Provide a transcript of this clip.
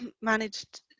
managed